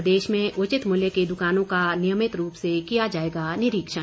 प्रदेश में उचित मूल्य की दुकानों का नियमित रूप से किया जाएगा निरीक्षण